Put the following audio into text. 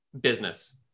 business